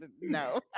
no